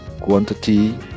quantity